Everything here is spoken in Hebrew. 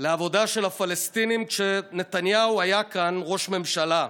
לעבודה של הפלסטינים, כשנתניהו היה כאן ראש ממשלה,